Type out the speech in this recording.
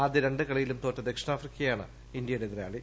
ആദ്യ രണ്ട് കളിയിലും തോറ്റ ദക്ഷിണാഫ്രിക്കയാണ് ഇന്ത്യയുടെ എതിരാളി